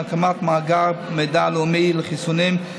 הקמת מאגר מידע לאומי לחיסונים,